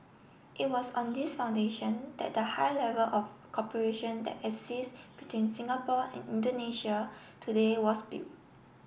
it was on this foundation that the high level of cooperation that exists between Singapore and Indonesia today was built